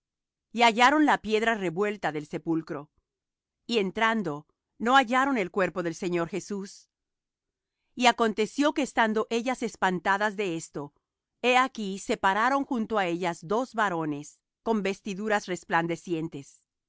y hallaron la piedra revuelta del sepulcro y entrando no hallaron el cuerpo del señor jesús y aconteció que estando ellas espantadas de esto he aquí se pararon junto á ellas dos varones con vestiduras resplandecientes